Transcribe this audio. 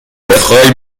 بخای